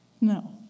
No